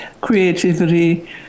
creativity